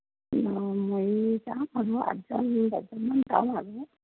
আঠজন দহজনমান যাম আৰু